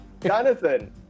Jonathan